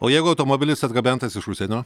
o jeigu automobilis atgabentas iš užsienio